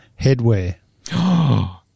headwear